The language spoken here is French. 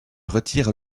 retire